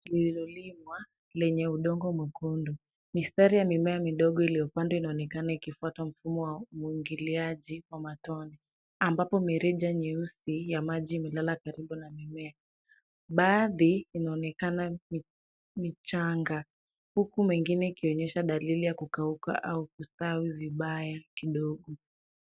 Lililolimwa lenye udongo mwekundu. Mistari ya mimea midogo iliyopandwa inaonekana ikifuata mfumo wa umwagiliaji wa matone ambapo mirija nyeusi ya maji imelala karibu na mimea. Baadhi inaonekana michanga huku mingine ikionyesha dalili ya kukauka au kustawi vibaya kidogo.